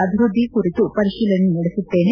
ಅಭಿವೃದ್ಧಿ ಕುರಿತು ಪರಿಶೀಲನೆ ನಡೆಸುತ್ತೇನೆ